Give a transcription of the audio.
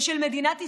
ושל מדינת ישראל,